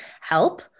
help